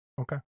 okay